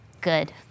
good